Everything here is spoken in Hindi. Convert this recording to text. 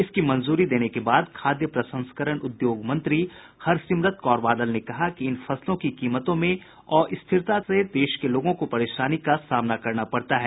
इसकी मंजूरी देने के बाद खाद्य प्रसंस्करण उद्योग मंत्री हरसिमरत कौर बादल ने कहा कि इन फसलों की कीमतों में अस्थिरता से देश के लोगों को परेशानी का सामना करना पड़ता है